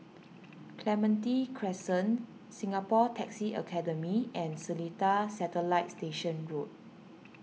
Clementi Crescent Singapore Taxi Academy and Seletar Satellite Station Road